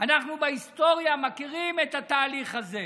אנחנו בהיסטוריה מכירים את התהליך הזה,